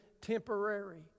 temporary